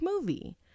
Movie